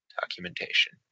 documentation